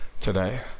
today